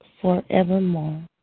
forevermore